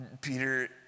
Peter